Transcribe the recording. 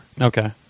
Okay